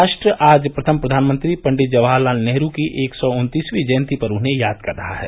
राष्ट्र आज प्रथम प्रधानमंत्री पंडित जवाहर लाल नेहरू की एक सौ उन्तीसवीं जयंती पर उन्हें याद कर रहा है